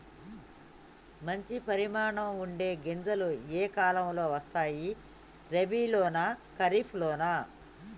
మంచి పరిమాణం ఉండే గింజలు ఏ కాలం లో వస్తాయి? రబీ లోనా? ఖరీఫ్ లోనా?